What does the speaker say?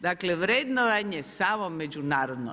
Dakle, vrednovanje samo međunarodno.